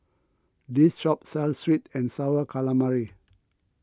this shop sells Sweet and Sour Calamari